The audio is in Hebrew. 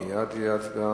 מי נגד?